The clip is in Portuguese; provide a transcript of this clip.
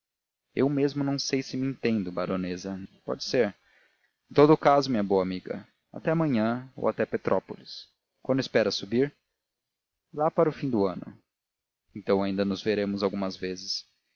eu mesmo não sei se me entendo baronesa nem se penso a verdade pode ser em todo caso minha boa amiga até amanhã ou até petrópolis quando espera subir lá para o fim do ano então ainda nos veremos algumas vezes